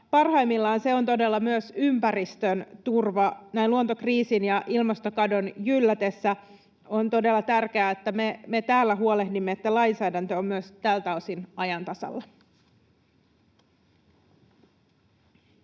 parhaimmillaan se on todella myös ympäristön turva. Näin luontokriisin ja ilmastokadon jyllätessä on todella tärkeää, että me täällä huolehdimme, että lainsäädäntö on myös tältä osin ajan tasalla.